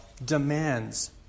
demands